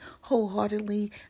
wholeheartedly